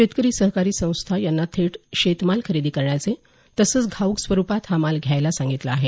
शेतकरी सहकारी संस्था यांना थेट शेतमाल खरेदी करण्याचे तसंच घाऊक स्वरूपात हा माल घ्यायला सांगितलं आहे